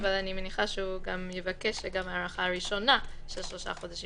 אבל מניחה שיבקש שגם ההארכה הראשונה של שלושה חודשים,